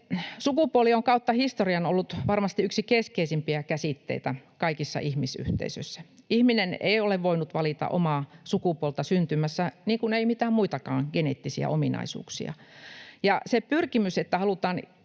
Sukupuoli on kautta historian ollut varmasti yksi keskeisimpiä käsitteitä kaikissa ihmisyhteisöissä. Ihminen ei ole voinut valita omaa sukupuoltaan syntymässä, niin kuin ei mitään muitakaan geneettisiä ominaisuuksia, ja se pyrkimys, että halutaan